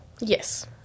Yes